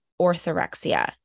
orthorexia